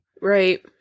Right